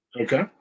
Okay